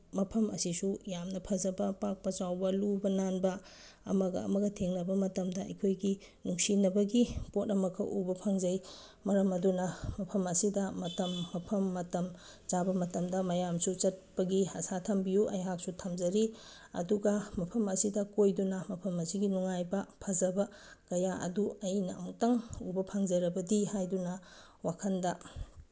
ꯃꯐꯝ ꯑꯁꯤꯁꯨ ꯌꯥꯝꯅ ꯐꯖꯕ ꯄꯥꯛꯄ ꯆꯥꯎꯕ ꯂꯨꯕ ꯅꯥꯟꯕ ꯑꯃꯒ ꯑꯃꯒ ꯊꯦꯡꯅꯕ ꯃꯇꯝꯗ ꯑꯩꯈꯣꯏꯒꯤ ꯅꯨꯡꯁꯤꯅꯕꯒꯤ ꯄꯣꯠ ꯑꯃꯈꯛ ꯎꯕ ꯐꯪꯖꯩ ꯃꯔꯝ ꯑꯗꯨꯅ ꯃꯐꯝ ꯑꯁꯤꯗ ꯃꯇꯝ ꯃꯐꯝ ꯃꯇꯝ ꯆꯥꯕ ꯃꯇꯝꯗ ꯃꯌꯥꯝꯁꯨ ꯆꯠꯄꯒꯤ ꯑꯁꯥ ꯊꯝꯕꯤꯌꯨ ꯑꯩꯍꯥꯛꯁꯨ ꯊꯝꯖꯔꯤ ꯑꯗꯨꯒ ꯃꯐꯝ ꯑꯁꯤꯗ ꯀꯣꯏꯗꯨꯅ ꯃꯐꯝ ꯑꯁꯤꯒꯤ ꯅꯨꯡꯉꯥꯏꯕ ꯐꯖꯕ ꯀꯌꯥ ꯑꯗꯨ ꯑꯩꯅ ꯑꯃꯨꯛꯇꯪ ꯎꯕ ꯐꯪꯖꯔꯕꯗꯤ ꯍꯥꯏꯗꯨꯅ ꯋꯥꯈꯜꯗ